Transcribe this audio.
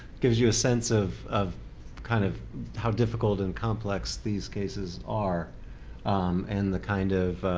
gives you a sense of of kind of how difficult and complex these cases are and the kind of